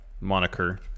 moniker